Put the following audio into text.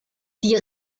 die